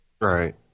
Right